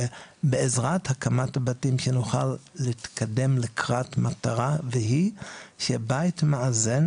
שבעזרת הקמת הבתים שנוכל להתקדם לקראת מטרה והיא שבית מאזן